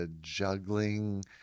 juggling